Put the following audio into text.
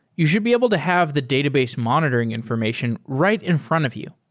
you should be able to have the database monitoring information right in front of you.